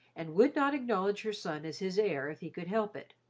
and would not acknowledge her son as his heir if he could help it,